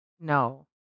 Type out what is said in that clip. No